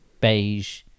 beige